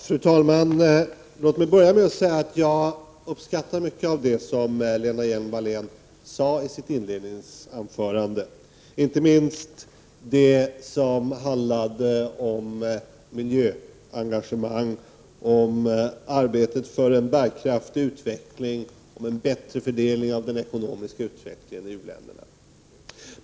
Fru talman! Låt mig börja med att säga att jag uppskattar mycket av det som Lena Hjelm-Wallén sade i sitt inledningsanförande, inte minst det som handlade om miljöengagemang, om arbetet för en bärkraftig utveckling och om en bättre fördelning av den ekonomiska utvecklingen i u-länderna.